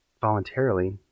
voluntarily